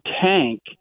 tank